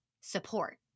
support